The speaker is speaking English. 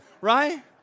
right